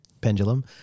Pendulum